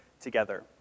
together